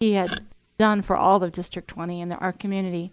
he had done for all of district twenty and our community.